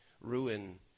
ruin